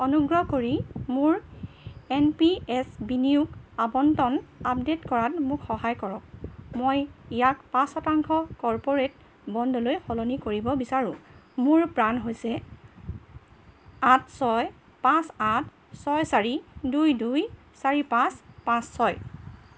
অনুগ্ৰহ কৰি মোৰ এন পি এছ বিনিয়োগ আবণ্টন আপডেট কৰাত মোক সহায় কৰক মই ইয়াক পাঁচ শতাংশ কৰ্পোৰেট বণ্ডলৈ সলনি কৰিব বিচাৰোঁ মোৰ প্ৰাণ হৈছে আঠ ছয় পাঁচ আঠ ছয় চাৰি দুই দুই চাৰি পাঁচ পাঁচ ছয়